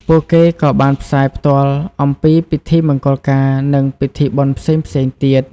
ពួកគេក៏បានផ្សាយផ្ទាល់អំពីពិធីមង្គលការនិងពិធីបុណ្យផ្សេងៗទៀត។